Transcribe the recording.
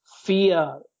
fear